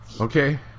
Okay